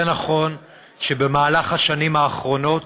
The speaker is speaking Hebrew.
זה נכון שבמהלך השנים האחרונות